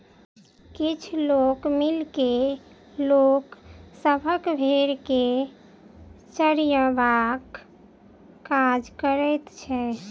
किछ लोक मिल के लोक सभक भेंड़ के चरयबाक काज करैत छै